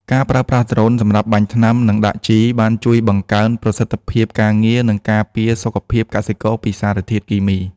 ការប្រើប្រាស់ដ្រូនសម្រាប់បាញ់ថ្នាំ និងដាក់ជី បានជួយបង្កើនប្រសិទ្ធភាពការងារ និងការពារសុខភាពកសិករពីសារធាតុគីមី។